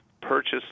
purchase